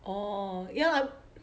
oh ya lah